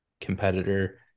competitor